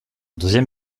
deuxième